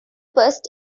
first